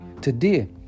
Today